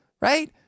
right